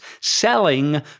Selling